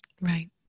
Right